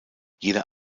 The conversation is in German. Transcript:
jeder